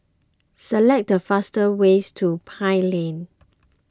select the fastest way to Pine Lane